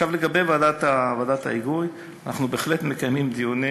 עכשיו לגבי ועדת ההיגוי: אנחנו בהחלט מקיימים דיונים,